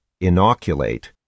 inoculate